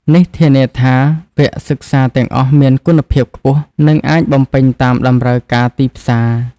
នេះធានាថាវគ្គសិក្សាទាំងអស់មានគុណភាពខ្ពស់ និងអាចបំពេញតាមតម្រូវការទីផ្សារ។